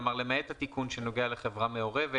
כלומר למעט התיקון שנוגע לחברה מעורבת.